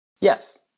Yes